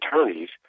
attorneys